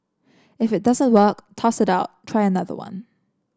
if it doesn't work toss it out try another one